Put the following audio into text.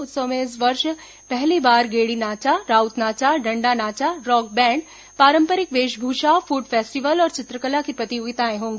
उत्सव में इस वर्ष पहली बार गेंड़ी नाचा राउत नाचा डंडा नाचा रॉक बैंड पारम्परिक वेशभूषा फूड फेस्टीवल और चित्रकला की प्रतियोगिताएं होंगी